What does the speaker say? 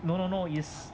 no no no is